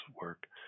work